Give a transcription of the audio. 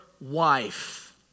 wife